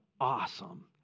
awesome